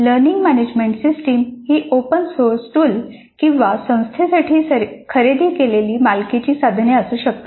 learning management system ही open source tools किंवा संस्थेसाठी खरेदी केलेली मालकीची साधने असू शकतात